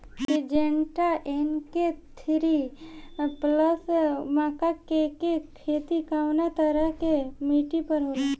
Syngenta NK thirty plus मक्का के के खेती कवना तरह के मिट्टी पर होला?